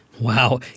Wow